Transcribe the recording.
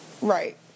right